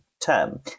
term